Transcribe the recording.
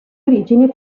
origini